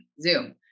Zoom